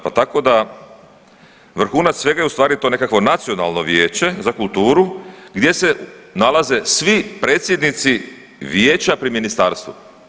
Pa tako da vrhunac svega je ustvari to nekakvo nacionalno vijeće za kulturu gdje se nalaze svi predsjednici vijeća pri ministarstvu.